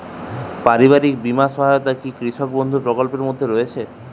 পারিবারিক বীমা সহায়তা কি কৃষক বন্ধু প্রকল্পের মধ্যে রয়েছে?